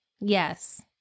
Yes